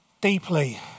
deeply